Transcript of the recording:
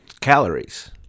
calories